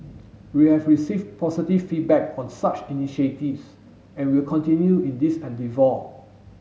we have received positive feedback on such initiatives and will continue in this endeavour